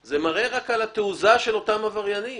זה מראה על התעוזה של אותם עבריינים.